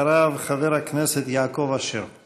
חבר הכנסת יואב בן צור,